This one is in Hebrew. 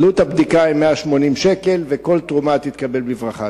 עלות הבדיקה היא 180 שקל, וכל תרומה תתקבל בברכה.